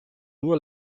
nur